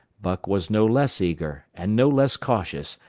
buck was no less eager, and no less cautious,